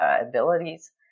abilities